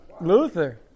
Luther